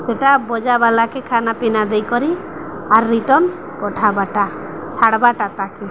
ସେଟା ବଜା ବାଲାକେ ଖାନା ପିନା ଦେଇକରି ଆର୍ ରିଟର୍ନ ପଠାବାଟା ଛାଡ଼ବାଟା ତାକେ